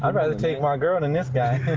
um rather take my girl than this guy.